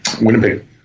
Winnipeg